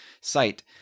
site